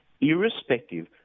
irrespective